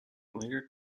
later